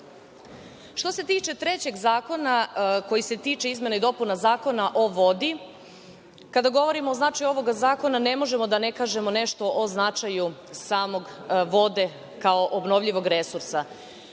se tiče trećeg zakona koji se tiče izmena i dopuna Zakona o vodi, kada govorimo o značaju ovog zakona ne možemo a da ne kažemo nešto o značaju same vode kao obnovljivog resursa.